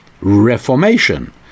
Reformation